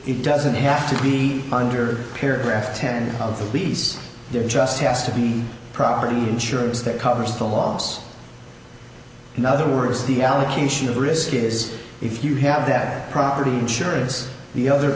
it doesn't have to be under paragraph ten of the lease there just has to be property insurance that covers the logs in other words the allocation of risk is if you have that property insurance the other